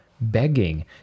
begging